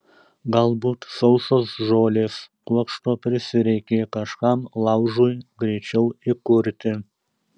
galbūt sausos žolės kuokšto prisireikė kažkam laužui greičiau įkurti